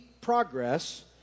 progress